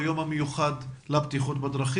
ביום המיוחד שיהיה בכנסת לנושא בטיחות בדרכים.